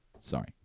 Sorry